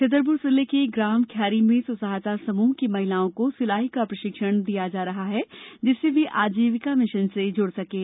छतरपुर जिले के ग्राम खैरी में स्व सहायता समृह की महिलाओं को सिलाई का प्रशिक्षण दिया जा रहा है जिससे वे आजीविका मिशन से जुड़ सकें